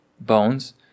bones